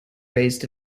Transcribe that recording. raised